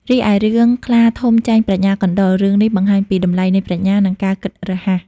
រីឯរឿងខ្លាធំចាញ់ប្រាជ្ញាកណ្ដុរ រឿងនេះបង្ហាញពីតម្លៃនៃប្រាជ្ញា និងការគិតរហ័ស។